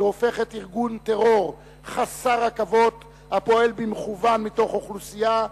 והופכת ארגון טרור חסר עכבות הפועל במכוון מתוך אוכלוסייה,